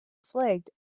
flagged